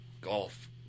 golf